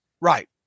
Right